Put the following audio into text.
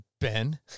Ben